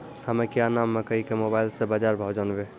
हमें क्या नाम मकई के मोबाइल से बाजार भाव जनवे?